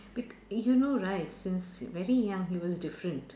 be~ you know right since very young he was different